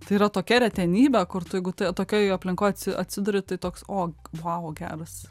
tai yra tokia retenybė kur tu jeigu tai tokioj aplinkoj atsi atsiduri tai toks o vau geras